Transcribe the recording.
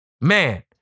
Man